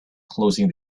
closing